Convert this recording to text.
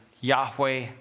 Yahweh